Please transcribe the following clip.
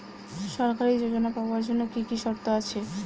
সরকারী যোজনা পাওয়ার জন্য কি কি শর্ত আছে?